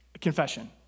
Confession